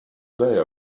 day